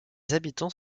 habitants